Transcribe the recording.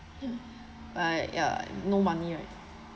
mm ya no money right